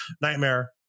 nightmare